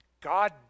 God